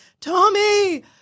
Tommy